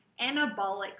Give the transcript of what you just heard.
anabolic